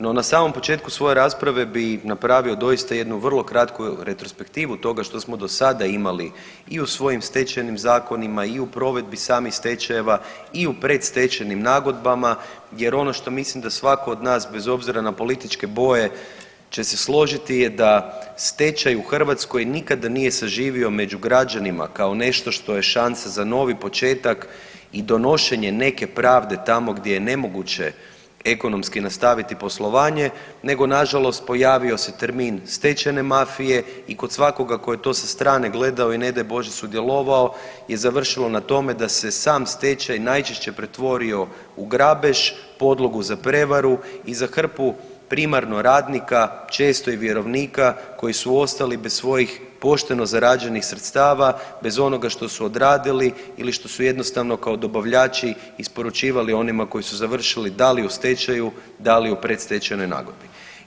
No, na samom početku svoje rasprave bi napravio doista jednu doista vrlo kratku retrospektivu toga što smo do sada imali i u svojim stečajnim zakona i u provedbi samih stečajeva i u predstečajnim nagodbama jer ono što mislim da svako od nas bez obzira na političke boje će se složiti je da stečaj u Hrvatskoj nikada nije saživio među građanima kao nešto što je šansa za novi početak i donošenje neke pravde tamo gdje je nemoguće ekonomski nastaviti poslovanje nego nažalost pojavio se termin stečajne mafije i kod svakoga tko je to sa strane gledao i ne daj Bože sudjelovao je završilo na tome da se sam stečaj najčešće pretvori u grabež, podlogu za prevaru i za hrpu primarno radnika često i vjerovnika koji su ostali bez svojih pošteno zarađenih sredstava, bez onoga što su odradili ili što jednostavno kao dobavljači isporučivali onima koji su završili da li u stečaju, da li u predstečajnoj nagodbi.